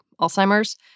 Alzheimer's